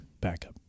backup